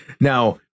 now